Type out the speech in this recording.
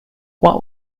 what